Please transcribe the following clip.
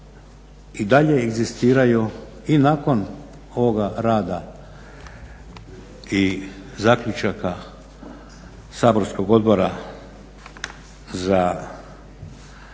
i dalje inzistiraju i nakon ovoga rada i zaključaka saborskog Odbora za